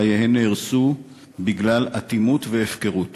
שחייהן נהרסו בגלל אטימות והפקרות.